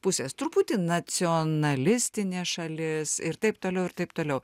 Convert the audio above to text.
pusės truputį nacionalistinė šalis ir taip toliau ir taip toliau